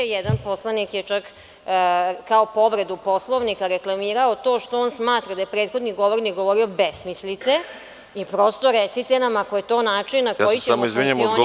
Jedan poslanik je čak kao povredu Poslovnika reklamirao to što on smatra da je prethodni govornik govorio besmislice i prosto recite nam ako je to način na koji će funkcionisati…